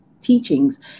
teachings